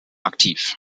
aktiv